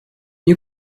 you